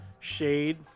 Shade